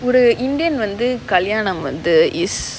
ஒரு:oru indian வந்து கல்யாணம் வந்து:vanthu kalyanam vanthu is